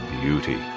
beauty